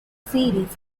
series